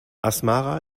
asmara